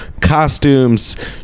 costumes